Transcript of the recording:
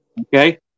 okay